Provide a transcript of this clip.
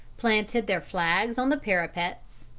planted their flags on the parapets,